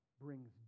brings